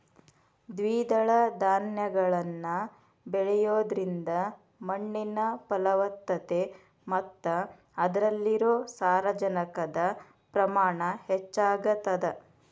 ದ್ವಿದಳ ಧಾನ್ಯಗಳನ್ನ ಬೆಳಿಯೋದ್ರಿಂದ ಮಣ್ಣಿನ ಫಲವತ್ತತೆ ಮತ್ತ ಅದ್ರಲ್ಲಿರೋ ಸಾರಜನಕದ ಪ್ರಮಾಣ ಹೆಚ್ಚಾಗತದ